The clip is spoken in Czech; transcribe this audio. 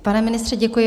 Pane ministře, děkuji.